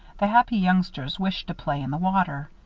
the happy youngsters wished to play in the water.